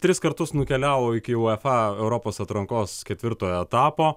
tris kartus nukeliavo iki uefa europos atrankos ketvirtojo etapo